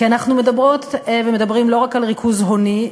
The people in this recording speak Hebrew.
כי אנחנו מדברות ומדברים לא רק על ריכוז הוני,